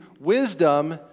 wisdom